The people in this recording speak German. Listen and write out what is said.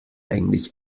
eigentlich